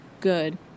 Good